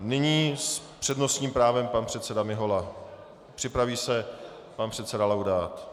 Nyní s přednostním právem pan předseda Mihola, připraví se pan předseda Laudát.